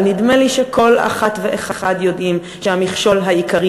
אבל נדמה לי שכל אחת ואחד יודעים שהמכשול העיקרי